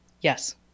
yes